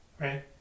Right